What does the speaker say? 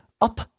up